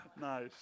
Nice